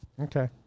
okay